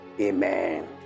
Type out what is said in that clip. Amen